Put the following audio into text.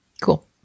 Cool